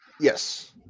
Yes